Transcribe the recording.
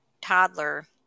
toddler